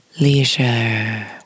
Leisure